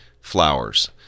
flowers